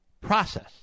process